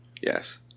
yes